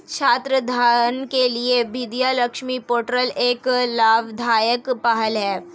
छात्र ऋण के लिए विद्या लक्ष्मी पोर्टल एक लाभदायक पहल है